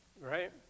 right